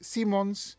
Simons